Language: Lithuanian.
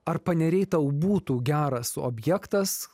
ar paneriai tau būtų geras objektas